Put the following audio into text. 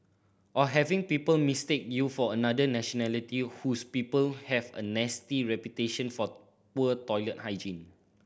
or having people mistake you for another nationality whose people have a nasty reputation for poor toilet hygiene